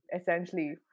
essentially